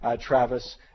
Travis